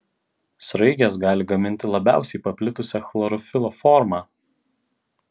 sraigės gali gaminti labiausiai paplitusią chlorofilo formą